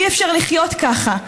אי-אפשר לחיות ככה.